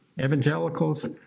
evangelicals